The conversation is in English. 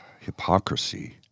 Hypocrisy